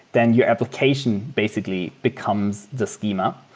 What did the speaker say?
then your application basically becomes the schema,